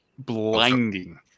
blinding